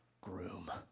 groom